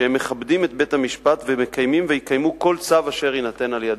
שהם מכבדים את בית-המשפט ומקיימים ויקיימו כל צו אשר יינתן על-ידיו.